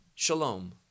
Shalom